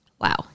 Wow